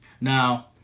Now